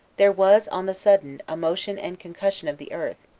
there was, on the sudden, a motion and concussion of the earth,